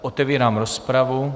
Otevírám rozpravu.